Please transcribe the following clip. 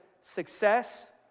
success